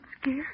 scared